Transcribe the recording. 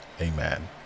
Amen